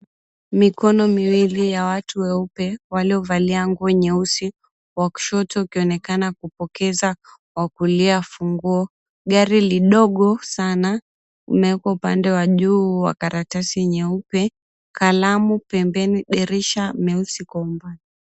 Mikono miwili ya watu weupe waliovalia nguo nyeusi wa kushoto ukionekana kupokeza wa kulia funguo, gari lidogo sana umeekwa upande wa juu wa karatasi nyeupe, kalamu pembeni, dirisha meusi kwa umbali.